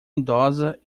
idosa